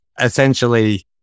essentially